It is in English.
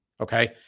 okay